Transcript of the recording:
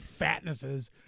fatnesses